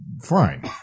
fine